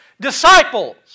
disciples